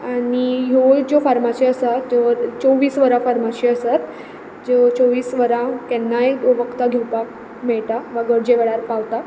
आनी ह्यो ज्यो फार्मास्यो आसा त्यो चोवीस वरां फार्माशी आसात ज्यो चोवीस वरां केन्नाय वखदां घेवपाक मेळटा वा गरजे वेळार पावतात